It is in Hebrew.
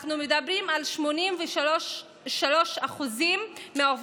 אנחנו מדברים על כך ש-83% מהעובדות